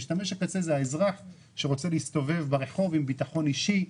משתמש הקצה זה האזרח שרוצה להסתובב ברחוב בביטחון אישי,